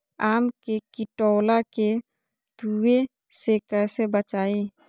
आम के टिकोला के तुवे से कैसे बचाई?